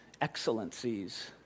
excellencies